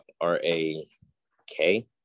R-A-K